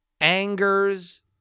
angers